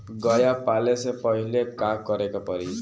गया पाले से पहिले का करे के पारी?